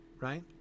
right